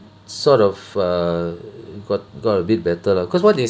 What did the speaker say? sort of err got got a bit better lah cause what they